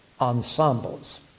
ensembles